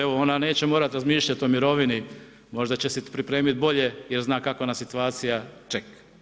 Evo, ona neće morati razmišljati o mirovini, možda će si pripremit bolje jer zna kakva nas situacija čeka.